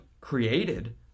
created